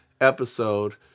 episode